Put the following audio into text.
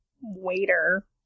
waiter